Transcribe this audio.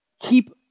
keep